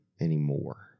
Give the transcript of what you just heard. anymore